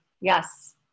yes